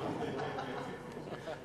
בבקשה.